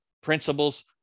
principles